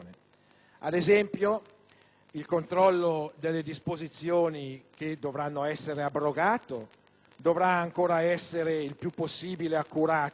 Ad esempio, il controllo delle disposizioni che dovranno essere abrogate dovrà essere il più possibile accurato,